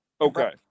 Okay